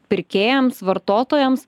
pirkėjams vartotojams